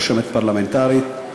רשמת פרלמנטרית,